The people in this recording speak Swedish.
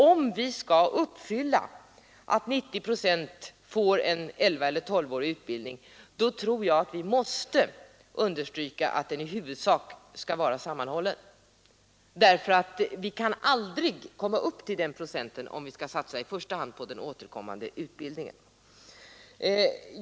Om vi skall uppnå målet att ge 90 procent av 16-åringarna en elvaeller tolvårig utbildning tror jag att vi måste understryka att den i huvudsak skall vara sammanhållen. Vi kan aldrig komma upp till dessa procenttal, om vi i första hand skall satsa på en återkommande utbildning.